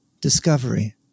discovery